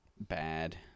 bad